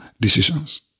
decisions